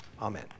Amen